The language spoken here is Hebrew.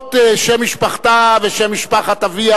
ולמרות שם משפחתה ושם משפחת אביה,